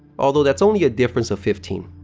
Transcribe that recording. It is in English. although, that's only a difference of fifteen.